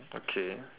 okay